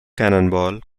cannonball